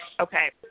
Okay